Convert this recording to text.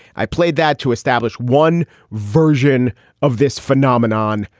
i played that to establish one version of this phenomenon,